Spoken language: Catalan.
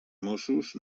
mossos